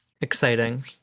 exciting